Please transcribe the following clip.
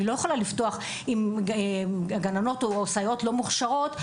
אני לא יכולה לפתוח עם גננות או סייעות שלא מוכשרות לזה,